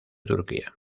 turquía